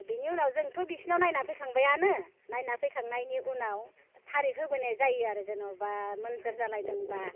बिनि उनाव जोंथ' बिसिनाव नायना फैखांबायानो नायना फैखांनायनि उनाव थारिग होबोनाय जायो आरो जेनेबा मोनजोर जालायदोंबा